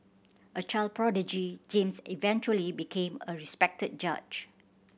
a child prodigy James eventually became a respected judge